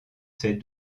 ses